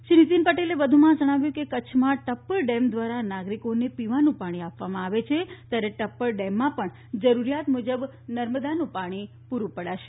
શ્રી નીતિન પટેલે વધુમાં જણાવ્યું હતું કે કચ્છમાં ટપ્પર ડેમ દ્વારા નાગરિકોને પીવાનું પાણી આપવામાં આવે છે ત્યારે ટપ્પર ડેમમાં પણ જરૂરિયાત મુજબ નર્મદાનું પાણી પૂરું પડાશે